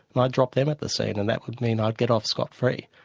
and i'd drop them at the scene and that would mean i'd get off scott free.